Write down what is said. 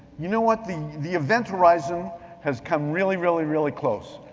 you know what? the the event horizon has come really, really, really close.